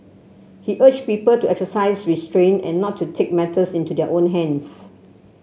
he urge people to exercise restraint and not to take matters into their own hands